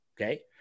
okay